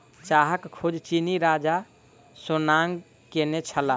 चाहक खोज चीनी राजा शेन्नॉन्ग केने छलाह